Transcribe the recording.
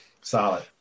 Solid